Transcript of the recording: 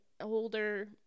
older